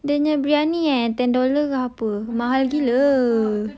dia punya briyani ten dollar ke apa mahal gila